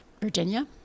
Virginia